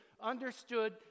understood